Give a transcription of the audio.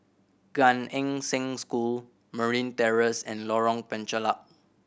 Gan Eng Seng School Marine Terrace and Lorong Penchalak